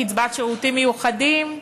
קצבת שירותים מיוחדים,